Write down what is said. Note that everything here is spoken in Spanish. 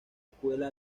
escuela